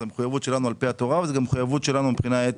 זו מחויבות שלנו על פי התורה וזו גם מחויבות שלנו מבחינה אתית.